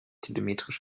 telemetrisch